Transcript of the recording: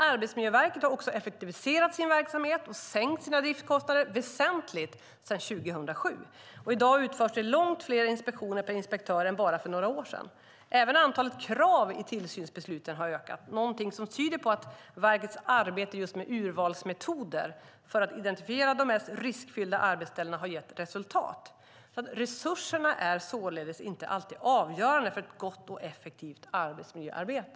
Arbetsmiljöverket har också effektiviserat sin verksamhet och sänkt sina driftskostnader väsentligt sedan 2007. I dag utförs det långt fler inspektioner per inspektör än för bara några år sedan. Även antalet krav i tillsynsbesluten har ökat - något som tyder på att verkets arbete med urvalsmetoder för att identifiera de mest riskfyllda arbetsställena har gett resultat. Resurserna är således inte alltid avgörande för ett gott och effektivt arbetsmiljöarbete.